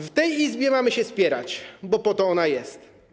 W tej Izbie mamy się spierać, bo po to ona jest.